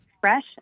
Fresh